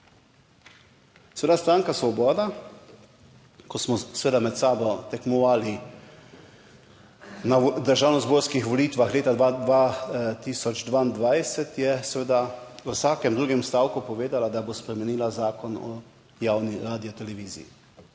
Seveda stranka Svoboda, ko smo seveda med sabo tekmovali na državnozborskih volitvah leta 2022, je seveda v vsakem drugem stavku povedala, da bo spremenila Zakon o javni radioteleviziji.